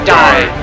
die